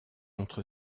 entre